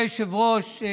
אדוני היושב-ראש,